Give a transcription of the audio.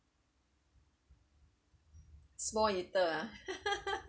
small eater ah